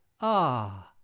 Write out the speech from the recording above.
Ah